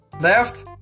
left